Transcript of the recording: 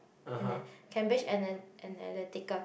ana~ Cambridge ana~ ana~ Analytical